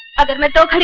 government dole